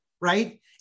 Right